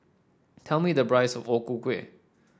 tell me the price of O Ku Kueh